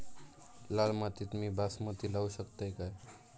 लाल मातीत मी बासमती लावू शकतय काय?